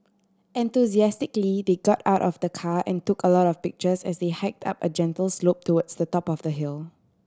enthusiastically they got out of the car and took a lot of pictures as they hiked up a gentle slope towards the top of the hill